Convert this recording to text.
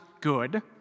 good